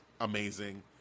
amazing